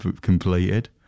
completed